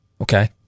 Okay